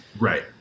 Right